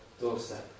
doorstep